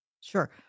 Sure